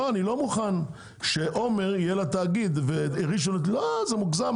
לא מוכן שעומר יהיה לה תאגיד וראשון - מוגזם.